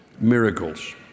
miracles